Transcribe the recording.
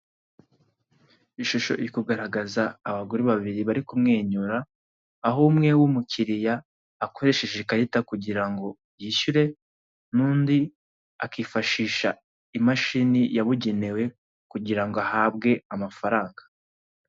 Iyi shusho iri kugaragaza abagore babiri bari kumwenyura aho umwe w'umukiriya akoresheje ikarita kugira ngo yishyure nundi akifashisha imashini yabugenewe kugira ngo ahabwe amafaranga.